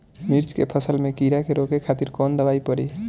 मिर्च के फसल में कीड़ा के रोके खातिर कौन दवाई पड़ी?